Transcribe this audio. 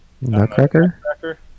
Nutcracker